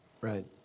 Right